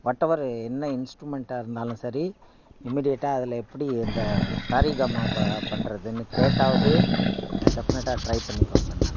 whatever என்ன இன்ஸ்ட்ரூமெண்ட்டாக இருந்தாலும் சரி இமிடியெட்டாக அதில் எப்படி இந்த ச ரி க ம ப பண்ணுறதுன்னு கேட்டாவது டெஃபநெட்டாக ட்ரை பண்ணி பார்ப்பேன் நான்